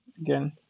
again